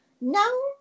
No